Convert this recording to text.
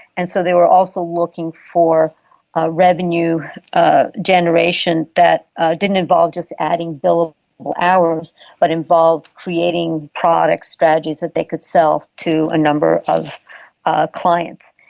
and so they were also looking for ah revenue ah generation that ah didn't involve just adding billable hours but involved creating products, strategies that they could sell to a number of ah clients.